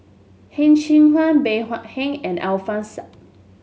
Heng Cheng Hwa Bey Hua Heng and Alfian Sa'at